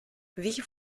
wie